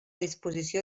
disposició